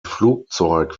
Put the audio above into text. flugzeug